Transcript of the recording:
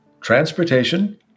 Transportation